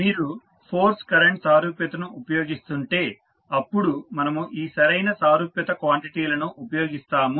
మీరు force current సారూప్యతను ఉపయోగిస్తుంటే అప్పుడు మనము ఈ సరైన సారూప్యత క్వాంటిటీ లను ఉపయోగిస్తాము